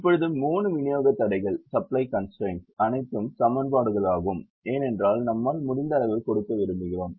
இப்போது 3 விநியோக தடைகள் அனைத்தும் சமன்பாடுகளாகும் ஏனென்றால் நம்மால் முடிந்த அளவு கொடுக்க விரும்புகிறோம்